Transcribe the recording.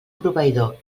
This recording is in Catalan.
proveïdor